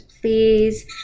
please